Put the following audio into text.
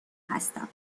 هستم